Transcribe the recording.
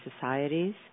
societies